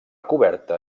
coberta